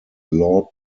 law